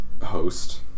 Host